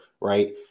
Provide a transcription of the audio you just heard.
right